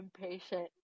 impatient